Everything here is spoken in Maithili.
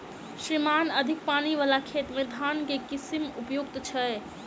श्रीमान अधिक पानि वला खेत मे केँ धान केँ किसिम उपयुक्त छैय?